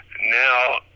Now